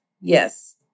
Yes